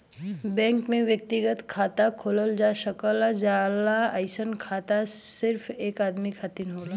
bank में व्यक्तिगत खाता खोलल जा सकल जाला अइसन खाता सिर्फ एक आदमी के खातिर होला